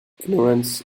ignorance